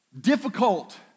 difficult